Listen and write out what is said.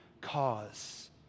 cause